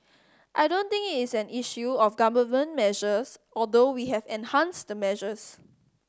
I don't think it is an issue of Government measures although we have enhanced the measures